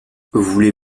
voulez